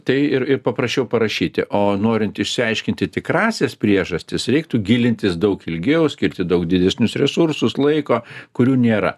tai ir ir paprasčiau parašyti o norint išsiaiškinti tikrąsias priežastis reiktų gilintis daug ilgiau skirti daug didesnius resursus laiko kurių nėra